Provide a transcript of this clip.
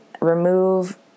remove